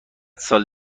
سال